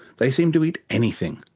they seem to eat anything,